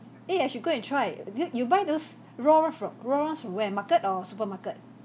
eh I should go and try did you you buy those raw one from raw ones from where market or supermarket